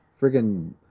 friggin